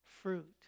Fruit